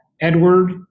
edward